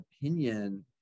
opinion